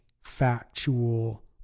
factual